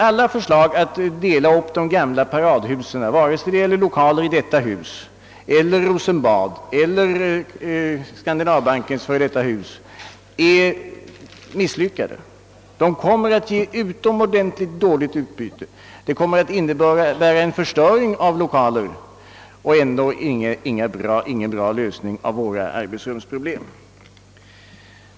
Alla förslag att dela upp gamla paradhus, det må gälla Riksdagshuset, Rosenbad eller Skandinaviska bankens gamla hus, är därför misslyckade. De kommer att ge mycket dåligt utbyte och innehära en förstöring av lokaler utan att medföra någon bra lösning på våra arbetsrumsproblem.